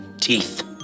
teeth